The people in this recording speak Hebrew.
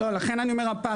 לא, לכן אני אומר הפער.